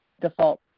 default